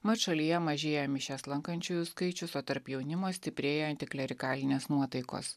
mat šalyje mažėja mišias lankančiųjų skaičius o tarp jaunimo stiprėja antiklerikalinės nuotaikos